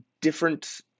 different